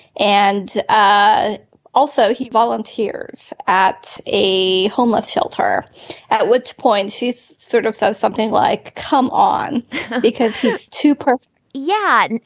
and ah also he volunteers at a homeless shelter at which point she's sort of there's something like come on because he's too poor yeah. and